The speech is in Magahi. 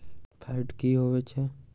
फैट की होवछै?